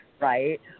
right